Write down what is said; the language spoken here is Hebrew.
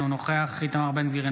אינו נוכח איתמר בן גביר,